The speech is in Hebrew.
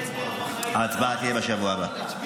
ההצבעה תהיה בשבוע הבא.